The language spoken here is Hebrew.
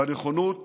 בנכונות